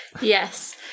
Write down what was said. Yes